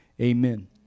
amen